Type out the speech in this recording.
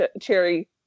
Cherry